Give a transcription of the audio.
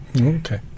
Okay